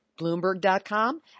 Bloomberg.com